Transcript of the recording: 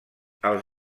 els